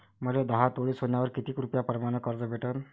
मले दहा तोळे सोन्यावर कितीक रुपया प्रमाण कर्ज भेटन?